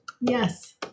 yes